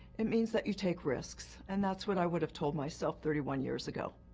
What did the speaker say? it means that you take risks, and that's what i would have told myself thirty one years ago.